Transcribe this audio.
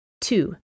Two